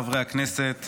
חבריי חברי הכנסת,